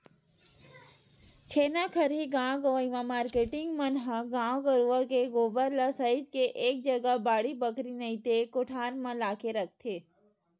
छेना खरही गाँव गंवई म मारकेटिंग मन ह गाय गरुवा के गोबर ल सइत के एक जगा बाड़ी बखरी नइते कोठार म लाके रखथे